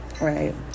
Right